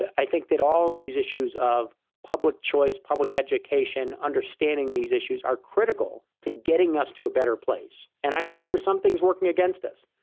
i think that all these issues of public choice, public education, understanding these issues, are critical to getting us to a better place. and i think there are some things working against us.